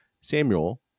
Samuel